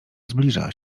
zbliża